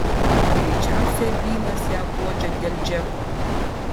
greičiausiai bilas ją guodžia dėl džeko